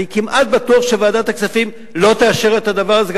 אני כמעט בטוח שוועדת הכספים לא תאשר את הדבר הזה,